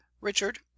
richard